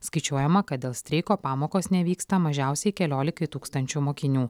skaičiuojama kad dėl streiko pamokos nevyksta mažiausiai keliolikai tūkstančių mokinių